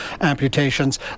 amputations